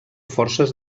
forces